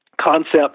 concept